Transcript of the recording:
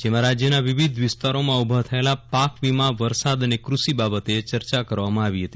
જેમાં રાજ્યના વિવિધ વિસ્તારોમાં ઉભા થયેલા પાક વીમા વરસાદ અને ક્રષિ બાબતે ચર્ચા કરવામાં આવી હતી